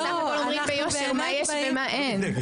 אנחנו בסך הכול אומרים ביושר מה יש ומה אין.